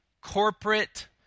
corporate